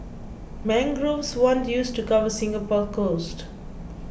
mangroves once used to cover Singapore's coasts